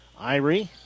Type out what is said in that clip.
Irie